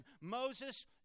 Moses